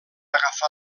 agafar